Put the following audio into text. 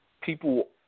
people